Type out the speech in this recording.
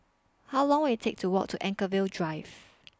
How Long Will IT Take to Walk to Anchorvale Drive